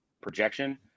projection